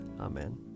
Amen